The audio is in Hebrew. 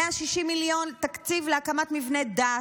160 מיליון תקציב להקמת מבני דת,